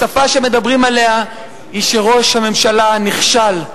השפה שמדברים עליה היא שראש הממשלה נכשל.